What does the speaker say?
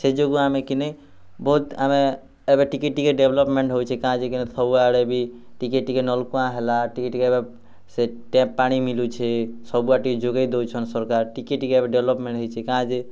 ସେ ଯୋଗୁ ଆମେ କି ନେଇଁ ବୋହୁତ୍ ଆମେ ଏବେ ଟିକେ ଟିକେ ଡେଭଲ୍ପମେଣ୍ଟ୍ ହୋଉଛେ କାଁ ଯେ କି ନେଇଁ ସବୁଆଡ଼େ ବି ଟିକେ ଟିକେ ନଲକୂଆଁ ହେଲା ଟିକେ ଟିକେ ଏବେ ସେ ଟେପ୍ ପାଣି ମିଲୁଛେ ସବୁଆଡ଼େ ଟିକେ ଯୋଗେଇ ଦଉଛନ୍ ସର୍କାର୍ ଟିକେ ଟିକେ ଏବେ ଡେଭ୍ଲପ୍ମେଣ୍ଟ୍ ହେଇଛେ କାଁ ଯେ